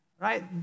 right